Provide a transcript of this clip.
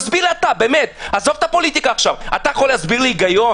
באמת, אני שואל אותך.